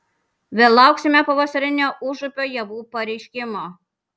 vėl lauksime pavasarinio užupio ievų pareiškimo